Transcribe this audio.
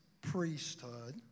priesthood